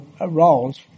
roles